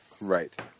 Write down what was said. Right